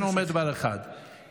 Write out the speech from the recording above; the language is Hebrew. הוא כינה חברת כנסת "מדרובה".